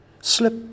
slip